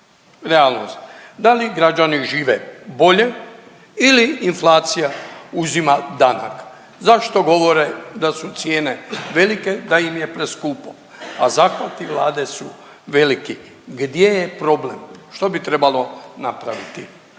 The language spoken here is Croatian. realnost, da li građani žive bolje ili inflacija uzima danak? Zašto govore da su cijene velike da im je preskupo, a zahvati Vlade su veliki? Gdje je problem? Što bi trebalo napraviti?